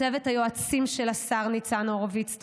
לצוות היועצים של השר ניצן הורוביץ,